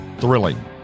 thrilling